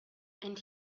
and